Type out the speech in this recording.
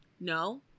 no